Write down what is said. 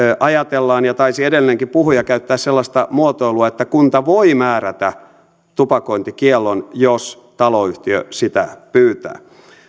ajatellaan ja taisi edellinenkin puhuja käyttää sellaista muotoilua että kunta voi määrätä tupakointikiellon jos taloyhtiö sitä pyytää